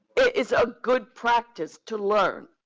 is a good practice to learn.